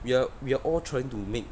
we are we are all trying to make